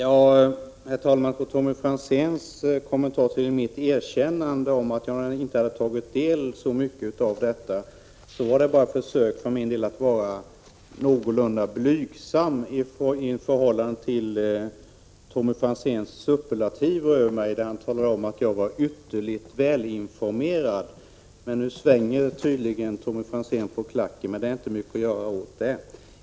Herr talman! Tommy Franzén kommenterade mitt erkännande att jag inte så djupt satt mig in i detta. Det var bara ett försök från min sida att förhålla mig någorlunda blygsamt till Tommy Franzéns superlativer när han talade om att jag var ytterligt väl informerad. Men nu svänger tydligen Tommy Franzén på klacken. Det är inte mycket att göra åt det.